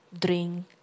drink